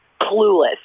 clueless